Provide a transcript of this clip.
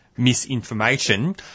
misinformation